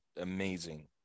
amazing